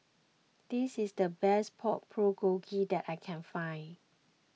this is the best Pork Bulgogi that I can find